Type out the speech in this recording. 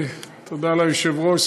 תודה ליושב-ראש.